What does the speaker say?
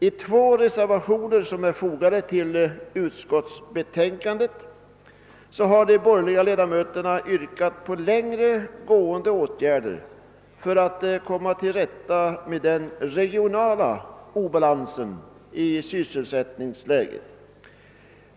I två vid betänkandet fogade reservationer har de borgerliga ledamöterna yrkat på längre gående åtgärder för att man skall komma till rätta med den regionala obalansen i sysselsättningsläget.